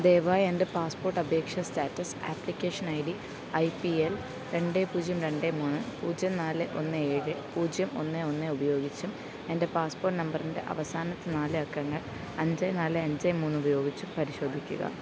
ദയവായി എൻ്റെ പാസ്പോർട്ട് അപേക്ഷാ status application I D I P L രണ്ട് പൂജ്യം രണ്ട് മൂന്ന് പൂജ്യം നാല് ഒന്ന് ഏഴ് പൂജ്യം ഒന്ന് ഒന്ന് ഉപയോഗിച്ചും എൻ്റെ പാസ്പോർട്ട് നമ്പറിൻ്റെ അവസാനത്തെ നാല് അക്കങ്ങൾ അഞ്ച് നാല് അഞ്ച് മൂന്ന് ഉപയോഗിച്ചും പരിശോധിക്കുക